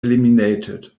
eliminated